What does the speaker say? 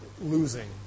losing